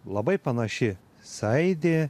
labai panaši saidė